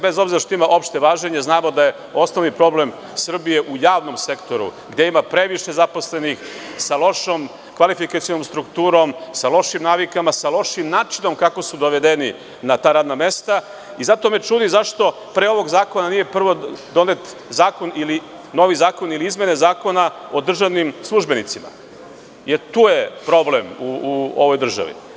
Bez obzira što ima opšte važenje, znamo da je osnovni problem Srbije u javnom sektoru gde ima previše zaposlenih sa lošom kvalifikacionom strukturom, sa lošim navikama, sa lošim načinom kako su dovedeni na ta radna mesta i zato me čuti zašto pre ovog zakona nije prvo donet novi zakon ili izmene Zakona o državnim službenicima, jer tu je problem u ovoj državi.